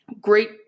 great